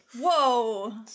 Whoa